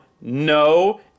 no